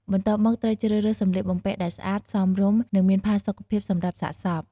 បន្ទាប់មកត្រូវជ្រើសរើសសម្លៀកបំពាក់ដែលស្អាត សមរម្យ និងមានផាសុកភាពសម្រាប់សាកសព។